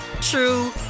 true